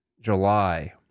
july